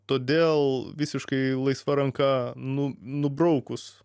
todėl visiškai laisva ranka nu nubraukus